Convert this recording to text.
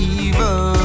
evil